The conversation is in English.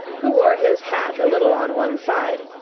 who wore his hat a little on one side,